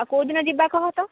ଆଉ କେଉଁ ଦିନ ଯିବା କହତ